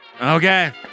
Okay